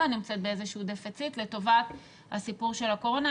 נמצאת באיזשהו דפציט לטובת הסיפור של הקורונה.